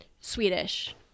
swedish